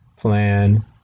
plan